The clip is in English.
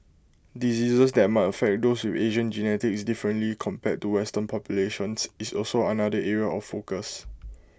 diseases that might affect those with Asian genetics differently compared to western populations is also another area of focus